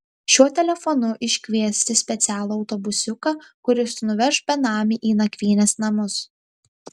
šiuo telefonu iškviesti specialų autobusiuką kuris nuveš benamį į nakvynės namus